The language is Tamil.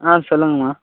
ஆ சொல்லுங்கம்மா